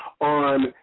on